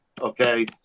okay